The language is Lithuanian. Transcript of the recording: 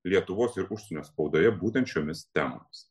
lietuvos ir užsienio spaudoje būtent šiomis temomis